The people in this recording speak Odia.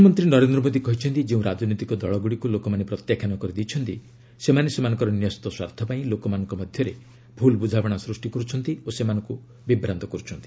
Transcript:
ପ୍ରଧାନମନ୍ତ୍ରୀ ନରେନ୍ଦ୍ର ମୋଦୀ କହିଛନ୍ତି ଯେଉଁ ରାଜନୈତିକ ଦଳଗୁଡ଼ିକୁ ଲୋକମାନେ ପ୍ରତ୍ୟାଖ୍ୟାନ କରିଦେଇଛନ୍ତି ସେମାନେ ସେମାନଙ୍କ ନ୍ୟସ୍ତ ସ୍ୱାର୍ଥ ପାଇଁ ଲୋକମାନଙ୍କ ମଧ୍ୟରେ ଭୁଲ ବୁଝାମଣା ସୃଷ୍ଟି କରୁଛନ୍ତି ଓ ସେମାନଙ୍କୁ ବିଭ୍ରାନ୍ତ କରୁଛନ୍ତି